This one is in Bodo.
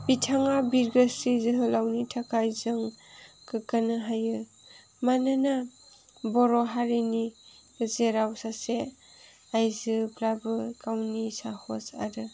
बिथां बिरगोस्रि जोहोलावनि थाखाय जों गोग्गानो हायो मानोना बर' हारिनि गेजेराव सासे आयजोफोराबो गावनि साहस आरो